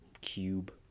cube